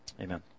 amen